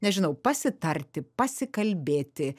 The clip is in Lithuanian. nežinau pasitarti pasikalbėti